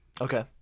Okay